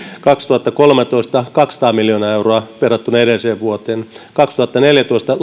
kaksituhattakolmetoista ne nousivat kaksisataa miljoonaa euroa verrattuna edelliseen vuoteen kaksituhattaneljätoista